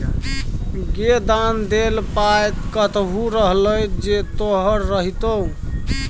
गै दान देल पाय कतहु रहलै जे तोहर रहितौ